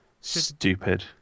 stupid